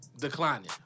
declining